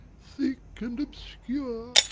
thick and obscure,